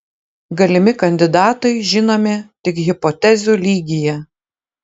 galimi kandidatai žinomi tik hipotezių lygyje